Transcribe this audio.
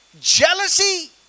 jealousy